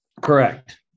Correct